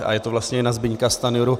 A je to vlastně na Zbyňka Stanjuru.